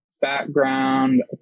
background